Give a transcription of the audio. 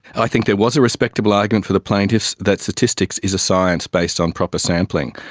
i think there was a respectable argument for the plaintiffs that statistics is a science based on proper sampling.